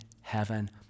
heaven